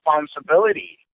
responsibility